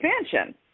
expansion